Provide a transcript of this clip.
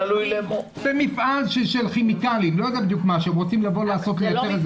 זה מפעל של כימיקלים שהם רוצים לייצר משהו.